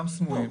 גם סמויים,